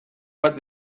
bat